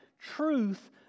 truth